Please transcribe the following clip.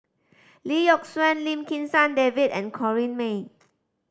Lee Yock Suan Lim Kim San David and Corrinne May